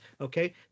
okay